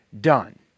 done